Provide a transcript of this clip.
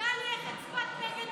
התשפ"ג 2022,